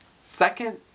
Second